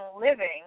Living